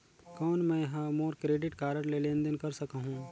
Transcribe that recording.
कौन मैं ह मोर क्रेडिट कारड ले लेनदेन कर सकहुं?